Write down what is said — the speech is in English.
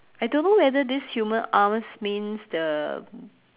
I don't know whether this human arms means the